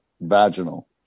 vaginal